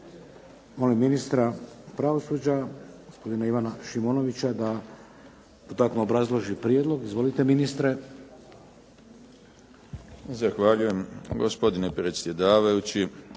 Molim ministra pravosuđa, gospodina Ivana Šimonovića da dodatno obrazloži prijedlog. Izvolite ministre. **Šimonović, Ivan** Zahvaljujem gospodine predsjedavajući,